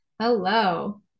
Hello